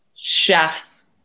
chefs